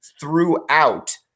throughout